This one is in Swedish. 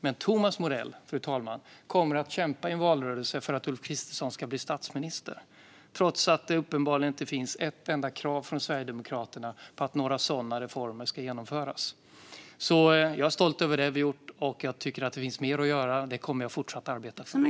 Men Thomas Morell, fru talman, kommer i valrörelsen att kämpa för att Ulf Kristersson ska bli statsminister, trots att det uppenbarligen inte finns ett enda krav från Sverigedemokraterna på att sådana reformer ska genomföras. Jag är stolt över det vi har gjort. Jag tycker att det finns mer att göra, och jag kommer att fortsätta det arbetet.